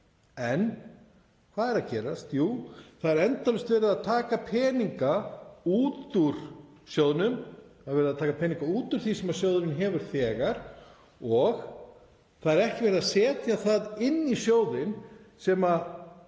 En hvað er að gerast? Jú, það er endalaust verið að taka peninga út úr sjóðnum. Það er verið að taka peninga út úr því sem sjóðurinn hefur þegar og það er ekki verið að setja það inn í sjóðinn sem